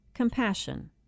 Compassion